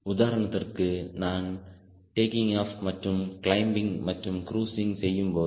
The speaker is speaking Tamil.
உதாரணத்திற்கு நான் டேக்கிங் ஆப் மற்றும் கிளிம்பிங் மற்றும் குரூஸிங் செய்யும்போது